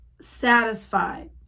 satisfied